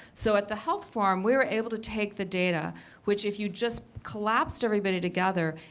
so at the health forum, we were able to take the data which if you just collapsed everybody together,